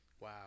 Wow